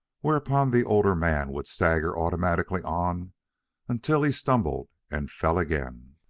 whereupon the older man would stagger automatically on until he stumbled and fell again.